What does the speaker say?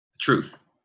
Truth